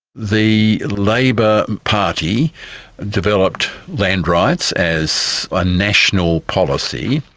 the labor party developed land rights as a national policy.